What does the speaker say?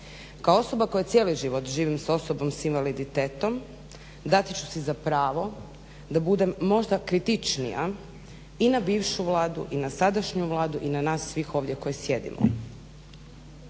Kao osoba koja cijeli život živim s osobom s invaliditetom, dati ću si za pravo da budem možda kritičnija i na bivšu Vladu i na sadašnju Vladu i na nas svih ovdje koji ovdje sjedimo.